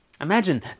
Imagine